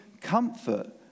comfort